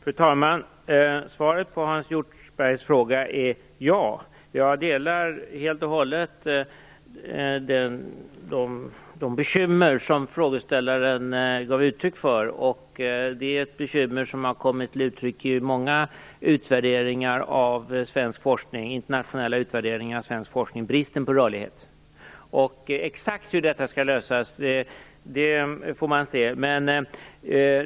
Fru talman! Svaret på Hans Hjortzberg-Nordlunds fråga är ja. Jag delar helt och hållet de bekymmer som frågeställaren gav uttryck för. Bristen på rörlighet är ett bekymmer som har kommit till uttryck i många internationella utvärderingar av svensk forskning. Exakt hur detta skall lösas får vi se.